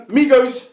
Migos